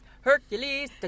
Hercules